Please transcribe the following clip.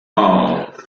all